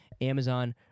Amazon